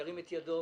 ירים את ידו.